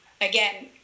again